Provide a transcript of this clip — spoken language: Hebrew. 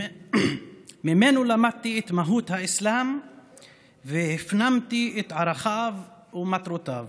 ממנו למדתי את מהות האסלאם והפנמתי את ערכיו ומטרותיו